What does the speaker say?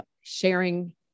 sharing